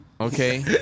Okay